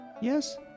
Yes